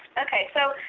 okay. so,